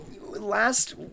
last